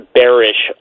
bearish